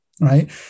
Right